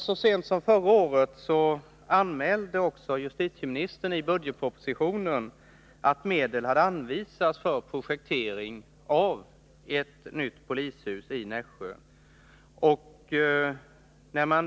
Så sent som förra året anmälde justitieministern i budgetpropositionen att medel hade anvisats för projektering av ett nytt polishus i Nässjö.